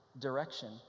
direction